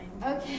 Okay